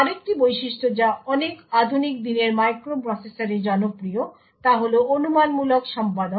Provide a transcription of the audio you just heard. আরেকটি বৈশিষ্ট্য যা অনেক আধুনিক দিনের মাইক্রোপ্রসেসরে জনপ্রিয় তা হল অনুমানমূলক সম্পাদন